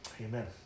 amen